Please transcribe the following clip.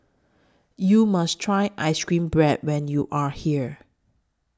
YOU must Try Ice Cream Bread when YOU Are here